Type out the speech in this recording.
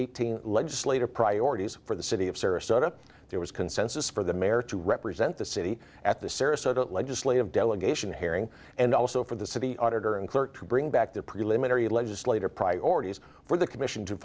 eighteen legislative priorities for the city of sarasota there was consensus for the mayor to represent the city at the sarasota legislative delegation hearing and also for the city auditor and clerk to bring back the preliminary legislative priorities for the commission to